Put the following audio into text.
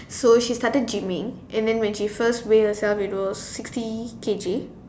so she started gyming and then when she first weigh herself it was sixty K_G